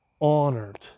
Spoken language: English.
honored